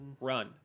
run